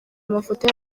amafoto